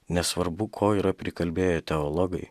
nesvarbu ko yra prikalbėję teologai